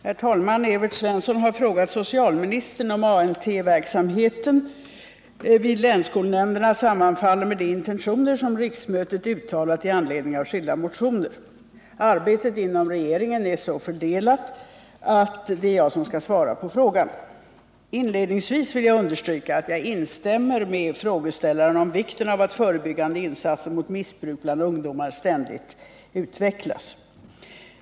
Herr talman! Evert Svensson har frågat socialministern om ANT verksamheten vid länsskolnämnderna sammanfaller med de intentioner som riksmötet uttalat i anledning av skilda motioner . Arbetet inom regeringen är så fördelat att det är jag som skall svara på frågan. Inledningsvis vill jag understryka att jag instämmer med frågeställaren när det gäller vikten av att förebyggande insatser mot missbruk bland ungdomar ständigt utvecklas.